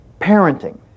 parenting